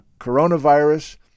coronavirus